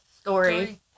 story